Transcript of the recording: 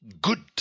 good